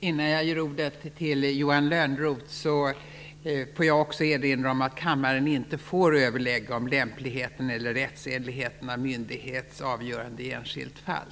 Innan jag ger ordet till Johan Lönnroth vill jag också erinra om att kammaren inte får överlägga om lämpligheten eller rättsenligheten av myndighets avgörande i enskilt fall.